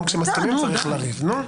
גם כשמסכימים איתך, אתה הולך לריב, נו?